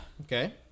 Okay